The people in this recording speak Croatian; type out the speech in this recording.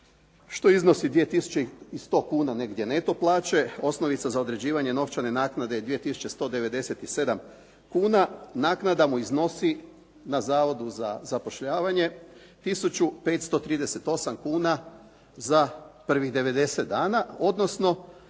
što iznosi 2100 kuna negdje neto plaće. Osnovica za određivanje novčane naknade je 2197 kn. Naknada mu iznosi na Zavodu za zapošljavanje 1538 kn za prvih 90 dana, odnosno